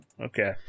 okay